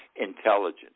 intelligence